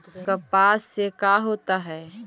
कपास से का होता है?